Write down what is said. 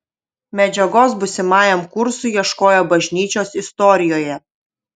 medžiagos būsimajam kursui ieškojo bažnyčios istorijoje